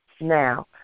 now